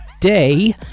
Day